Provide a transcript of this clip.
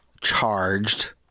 charged